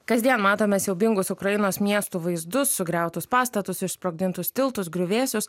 kasdien matome siaubingus ukrainos miestų vaizdus sugriautus pastatus išsprogdintus tiltus griuvėsius